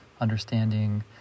understanding